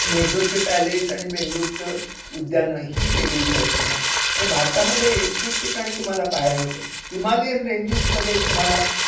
मैसूरचे palace आणि बेंगलोरचं उद्यानं ही वेगळीच आहेत पुन्हा म्हणजे भारतामध्ये ठिकठिकाणी तुम्हाला पाहायला मिळतं आहे हिमालियन रेंजिसमध्ये तुम्हाला